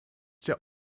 der